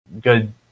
good